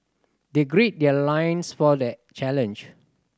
they gird their loins for the challenge